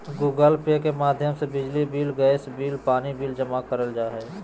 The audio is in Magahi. गूगल पे के माध्यम से बिजली बिल, गैस बिल, पानी बिल जमा करल जा हय